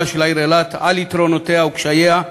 של העיר אילת על יתרונותיה וקשייה,